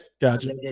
Gotcha